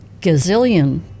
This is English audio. gazillion